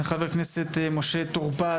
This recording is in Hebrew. לח"כ משה טור פז.